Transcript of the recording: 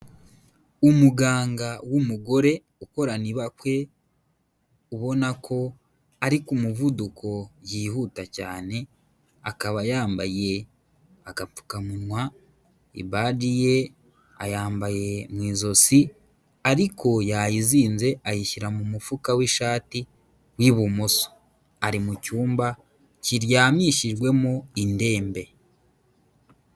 Umuganga w'umugore ukorana ibakwe, ubona ko ari ku muvuduko yihuta cyane akaba yambaye agapfukamunwa ibaji ye ayambaye mu ijosi, ariko yayizinze ayishyira mu mufuka w'ishati w'ibumoso. Ari mu cyumba kiryamishijwemo indembe.